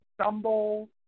stumble